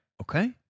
Okay